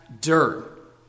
dirt